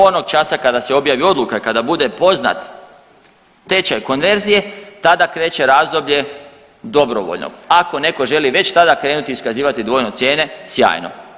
Onog časa kada se objavi odluka i kada bude poznat tečaj konverzije tada kreće razdoblje dobrovoljnog, ako netko želi već tada krenuti iskazivati dvojne cijene sjajno.